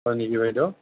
হয় নেকি বাইদেউ